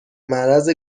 معرض